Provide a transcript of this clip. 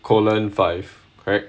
colon five correct